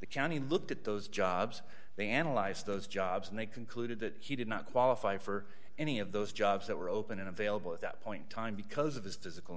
the county looked at those jobs they analyzed those jobs and they concluded that he did not qualify for any of those jobs that were open and available at that point time because of his does ical